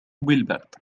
بالبرد